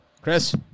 Chris